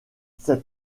cet